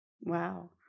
Wow